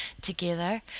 together